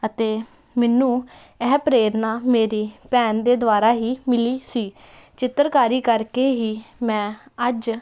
ਅਤੇ ਮੈਨੂੰ ਇਹ ਪ੍ਰੇਰਨਾ ਮੇਰੀ ਭੈਣ ਦੇ ਦੁਆਰਾ ਹੀ ਮਿਲੀ ਸੀ ਚਿੱਤਰਕਾਰੀ ਕਰਕੇ ਹੀ ਮੈਂ ਅੱਜ